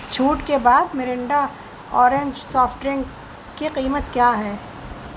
چھوٹ کے بعد مرینڈا اورنج سافٹ ڈرنک کی قیمت کیا ہے